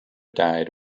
died